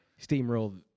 Steamroll